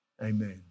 Amen